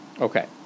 Okay